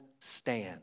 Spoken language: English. stand